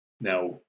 Now